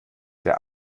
der